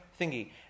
thingy